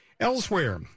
Elsewhere